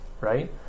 right